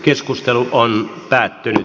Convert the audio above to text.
keskustelu päättyi